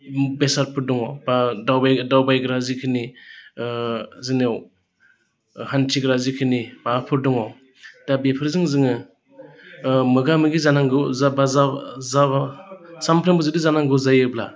बेसादफोर दङ बा दावबायग्रा जिखिनि जोंनियाव हान्थिग्रा जिखिनि माबाफोर दङ दा बिफोरजों जोङो मोगा मोगि जानांगौ जाब्ला सामफ्रामबो जुदि जानांगौ जायोब्ला